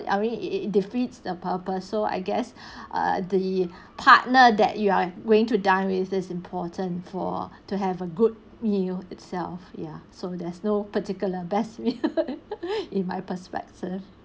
I mean it it defeats the purpose so I guess err the partner that you are going to dine with is important for to have a good meal itself ya so there's no particular best in my perspective